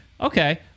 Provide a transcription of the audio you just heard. okay